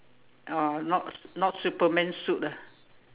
oh not not Superman suit ah